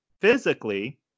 physically